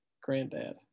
granddad